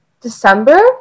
December